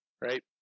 Right